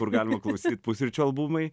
kur galima klausyt pusryčių albumai